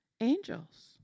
angels